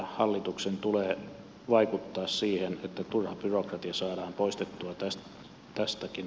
hallituksen tulee vaikuttaa siihen että turha byrokratia saadaan poistettua tästäkin asiasta